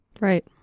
Right